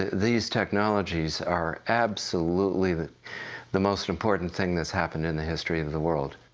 these technologies are absolutely the the most important thing that's happening in the history of the world.